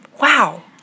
Wow